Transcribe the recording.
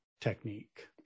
technique